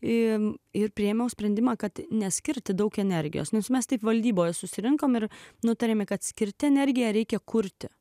ir ir priėmiau sprendimą kad neskirti daug energijos nes mes taip valdyboje susirinkome ir nutarėme kad skirti energiją reikia kurti